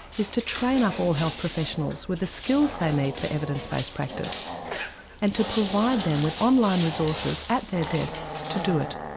is to train up all health professionals with the skills they need for evidence based practice and to provide them with online resources at their desks to do it.